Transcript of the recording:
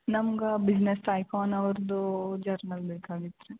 ನಮ್ಗೆ business icon ಅವ್ರ್ದು journal ಬೇಕಾಗಿತ್ತು ರೀ